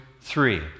three